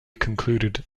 concluded